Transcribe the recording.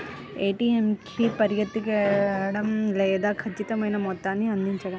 ATM కి పరిగెత్తడం లేదా ఖచ్చితమైన మొత్తాన్ని అందించడం